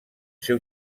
ser